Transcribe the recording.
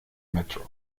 metro